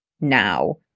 now